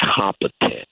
competent